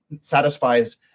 satisfies